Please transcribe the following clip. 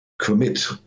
commit